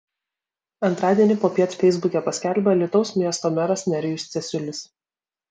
antradienį popiet feisbuke paskelbė alytaus miesto meras nerijus cesiulis